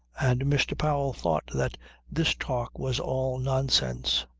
and mr. powell thought that this talk was all nonsense.